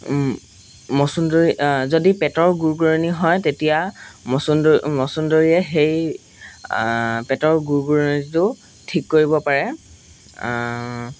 মচুন্দৰী যদি পেটৰ গুৰ গুৰণি হয় তেতিয়া মচুন্দ মচুন্দৰীয়ে সেই পেটৰ গুৰ গুৰণিটো ঠিক কৰিব পাৰে